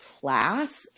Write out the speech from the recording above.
class